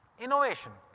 innovation,